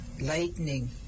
lightning